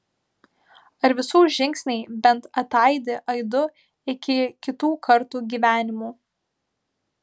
ar visų žingsniai bent ataidi aidu iki kitų kartų gyvenimų